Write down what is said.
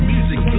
Music